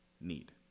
Need